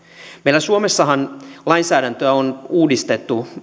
meillä suomessahan lainsäädäntöä on uudistettu